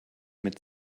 mit